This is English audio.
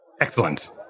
Excellent